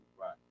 right